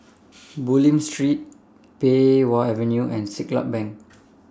Bulim Street Pei Wah Avenue and Siglap Bank